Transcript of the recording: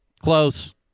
Close